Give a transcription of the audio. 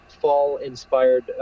fall-inspired